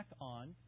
on